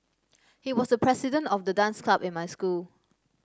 he was the president of the dance club in my school